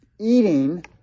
eating